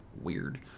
weird